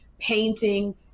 painting